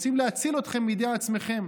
רוצים להציל אתכם מידי עצמכם,